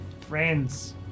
friends